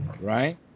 right